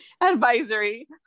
advisory